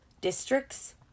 districts